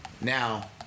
now